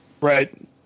Right